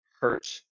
hurt